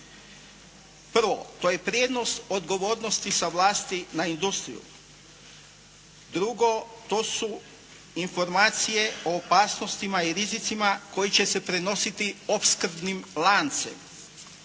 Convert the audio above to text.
Prvo. To je …/Govornik se ne razumije./… sa vlasti na industriju. Drugo. To su informacije o opasnostima i rizicima koji će se prenositi opskrbnim lancem.